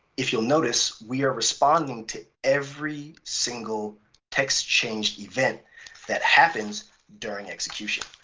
if you'll notice, we are responding to every single text changed event that happens during execution,